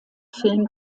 film